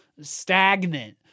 stagnant